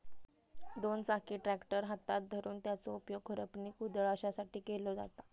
दोन चाकी ट्रॅक्टर हातात धरून त्याचो उपयोग खुरपणी, कुदळ अश्यासाठी केलो जाता